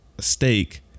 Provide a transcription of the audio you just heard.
Steak